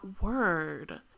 word